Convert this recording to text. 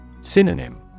Synonym